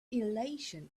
elation